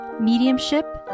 mediumship